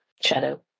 shadow